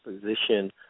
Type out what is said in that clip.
position